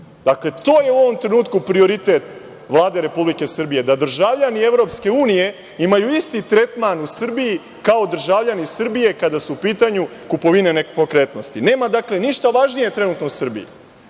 Dakle, to je u ovom trenutku prioritet Vlade Republike Srbije, da državljani EU imaju isti tretman u Srbiji kao državljani Srbije kada su u pitanju kupovine nepokretnosti. Nema dakle, ništa važnije trenutno u Srbiji.